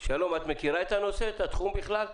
שלום, את מכירה את הנושא, את התחום בכלל?